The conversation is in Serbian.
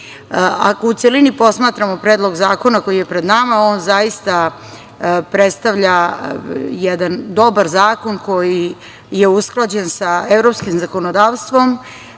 u celini posmatramo Predlog zakona koji je pred nama, on zaista predstavlja jedan dobar zakon koji je usklađen sa evropskim zakonodavstvom.